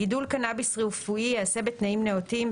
גידול קנאביס רפואי יעשה בתנאים נאותים,